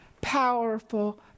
powerful